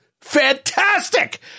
fantastic